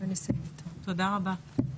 תודה רבה.